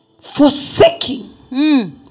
forsaking